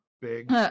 big